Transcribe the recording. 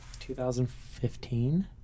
2015